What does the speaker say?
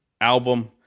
album